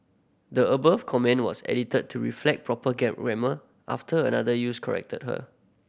the above comment was edited to reflect proper after another user corrected her